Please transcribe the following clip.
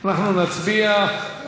אנחנו נצביע.